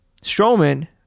Strowman